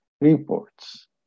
Reports